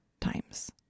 times